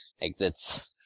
exits